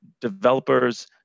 developers